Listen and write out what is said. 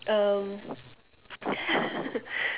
um